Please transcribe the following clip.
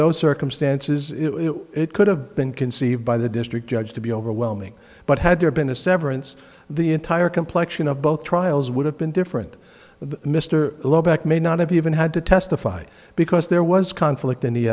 those circumstances it could have been conceived by the district judge to be overwhelming but had there been a severance the entire complection of both trials would have been different but mr low back may not have even had to testify because there was conflict